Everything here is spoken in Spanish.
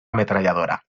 ametralladora